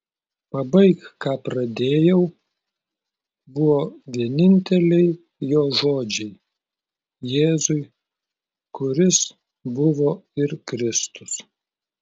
pabaik ką pradėjau buvo vieninteliai jo žodžiai jėzui kuris buvo ir kristus